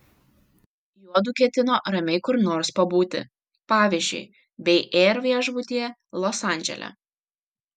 juodu ketino ramiai kur nors pabūti pavyzdžiui bei air viešbutyje los andžele